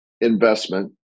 investment